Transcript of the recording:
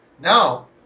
now